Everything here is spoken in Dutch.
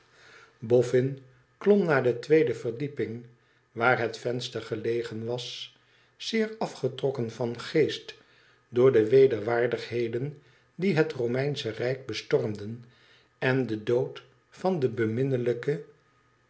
boffin klom naar de tweede verdieping waar het venster gelegen was zeer afgetrokken van geestdoor de wederwaardigheden die het romeinsche rijk bestormden en den dood van den beminnelijken